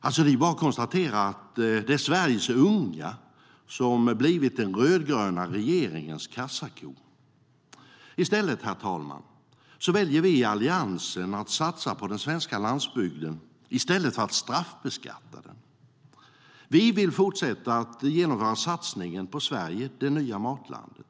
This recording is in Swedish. Det är bara att konstatera att det är Sveriges unga som blivit den rödgröna regeringens kassako. Herr talman! Vi i Alliansen väljer att satsa på den svenska landsbygden i stället för att straffbeskatta den. Vi vill fortsätta att driva satsningen på Sverige - det nya matlandet.